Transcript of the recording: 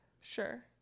Sure